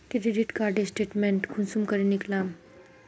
Credit card statement कुंसम करे निकलाम?